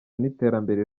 n’iterambere